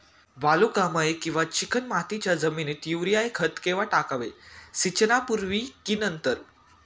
वालुकामय किंवा चिकणमातीच्या जमिनीत युरिया खत केव्हा टाकावे, सिंचनापूर्वी की नंतर?